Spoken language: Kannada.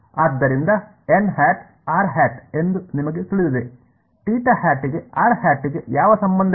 ಆದ್ದರಿಂದ n̂ r̂ ಎಂದು ನಿಮಗೆ ತಿಳಿದಿದೆ θ̂ ಗೆ r̂ ಗೆ ಯಾವ ಸಂಬಂಧವಿದೆ